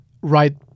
right